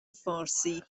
فارسی